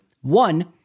One